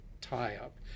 tie-up